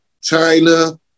China